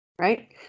Right